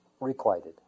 requited